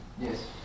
Yes